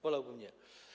Wolałbym nie.